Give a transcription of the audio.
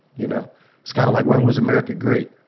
you know it's kind of like, when was america great?